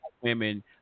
women